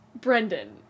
Brendan